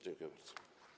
Dziękuję bardzo.